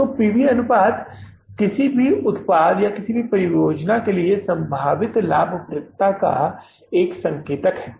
तो P V अनुपात किसी भी उत्पाद या किसी भी परियोजना की संभावित लाभप्रदता का एक संकेतक है